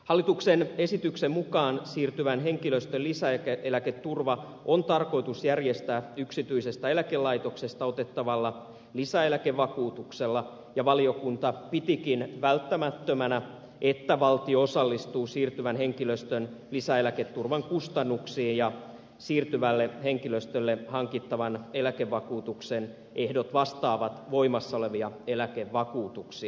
hallituksen esityksen mukaan siirtyvän henkilöstön lisäeläketurva on tarkoitus järjestää yksityisestä eläkelaitoksesta otettavalla lisäeläkevakuutuksella ja valiokunta pitikin välttämättömänä että valtio osallistuu siirtyvän henkilöstön lisäeläketurvan kustannuksiin ja siirtyvälle henkilöstölle hankittavan eläkevakuutuksen ehdot vastaavat voimassa olevia eläkevakuutuksia